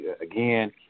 again